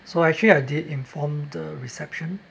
so so actually I did inform the reception